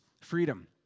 freedom